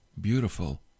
beautiful